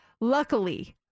luckily